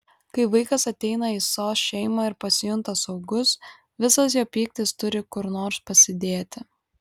kai vaikas ateina į sos šeimą ir pasijunta saugus visas jo pyktis turi kur nors pasidėti